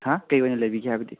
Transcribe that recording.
ꯍꯥ ꯀꯩꯑꯣꯏꯅ ꯂꯩꯕꯤꯒꯦ ꯍꯥꯏꯕꯗꯤ